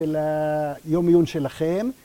‫של היום עיון שלכם.